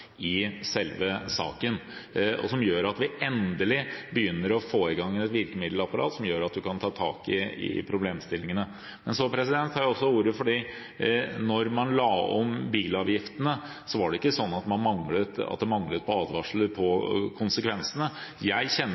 i selve saken, og som gjør at vi endelig begynner å få i gang et virkemiddelapparat som gjør at vi kan ta tak i problemstillingene. Jeg tok også ordet for å si at da man la om bilavgiftene, var det ikke sånn at det manglet på advarsler om konsekvensene. Jeg kjenner